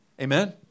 Amen